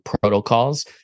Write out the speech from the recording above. protocols